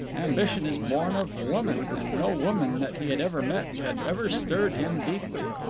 ambition is born of woman, and no woman that he had ever met had ever stirred him deeply.